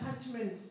Attachment